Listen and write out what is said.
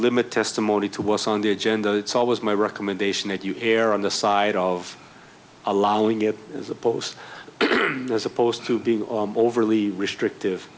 limit testimony to what's on the agenda it's always my recommendation that you err on the side of allowing it is opposed as opposed to being overly restrictive